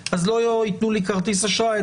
שלא ייתנו לי כרטיס אשראי,